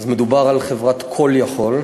מדובר על חברת "CALL יכול",